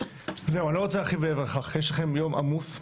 אני לא רוצה להרחיב, יש לכם יום עמוס,